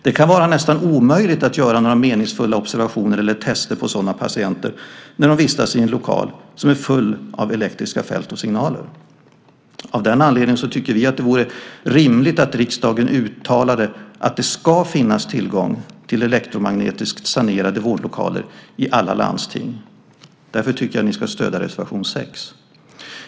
Det kan vara nästan omöjligt att göra meningsfulla observationer eller tester på sådana patienter när de vistas i en lokal som är full av elektriska fält och signaler. Av den anledningen tycker vi att det vore rimligt att riksdagen uttalade att det ska finnas tillgång till elektromagnetiskt sanerade vårdlokaler i alla landsting. Därför tycker jag att ni ska stödja reservation 6.